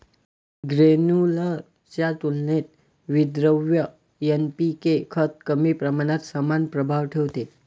granular च्या तुलनेत विद्रव्य एन.पी.के खत कमी प्रमाणात समान प्रभाव ठेवते